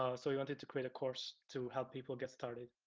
ah so we wanted to create a course to help people get started.